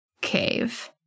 cave